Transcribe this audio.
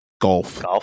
Golf